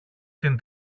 την